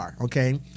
Okay